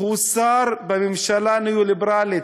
הוא שר בממשלה ניאו-ליברלית.